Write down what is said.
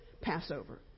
Passover